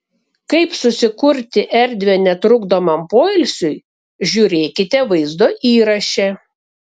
kaip susikurti erdvę netrukdomam poilsiui žiūrėkite vaizdo įraše